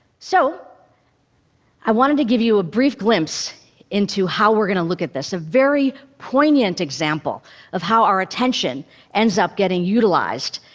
so i wanted to give you a brief glimpse into how we're going to look at this. a very poignant example of how our attention ends up getting utilized.